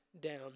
down